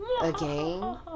again